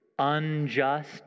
Unjust